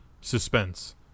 suspense